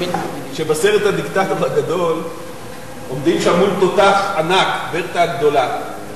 שבסרט "הדיקטטור הגדול" עומדים שם מול תותח ענק "ברטה הגדולה",